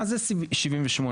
מה זה סעיף 78ב?